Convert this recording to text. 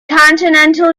continental